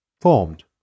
formed